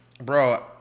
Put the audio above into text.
bro